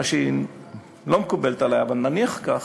מה שלא מקובל עלי, אבל נניח כך,